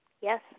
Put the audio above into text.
Yes